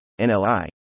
NLI